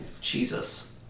Jesus